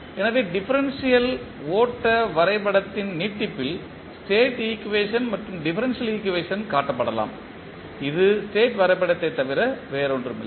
எனவே டிஃபரன்ஷியல் ஓட்ட வரைபடத்தின் நீட்டிப்பில் ஸ்டேட் ஈக்குவேஷன் மற்றும் டிஃபரன்ஷியல் ஈக்குவேஷன் காட்டப்படலாம் இது ஸ்டேட் வரைபடத்தை தவிர வேறில்லை